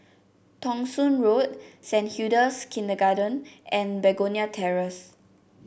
Thong Soon Road Saint Hilda's Kindergarten and Begonia Terrace